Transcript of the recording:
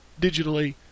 digitally